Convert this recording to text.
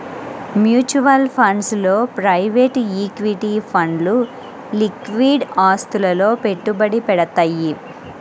mutual funds లో private equity ఫండ్లు liquid ఆస్తులలో పెట్టుబడి పెడతయ్యి